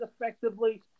effectively